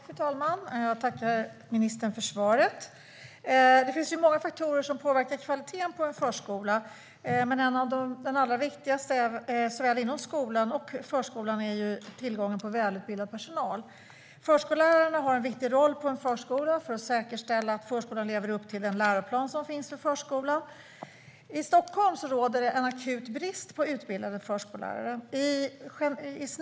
Fru talman! Jag tackar ministern för svaret. Det finns många faktorer som påverkar kvaliteten på en förskola. En av de allra viktigaste är tillgången på välutbildad personal. Förskollärarna har en viktig roll på en förskola för att säkerställa att förskolan lever upp till den läroplan som finns för förskolan. I Stockholm råder akut brist på utbildande förskollärare.